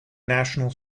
national